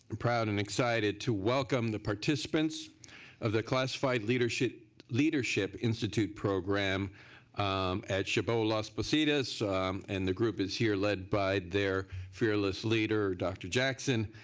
and proud and excited to welcome the participants of the classified leadership leadership institute program at chabot las positas and the group is here lead by their fearless leader dr. jackson.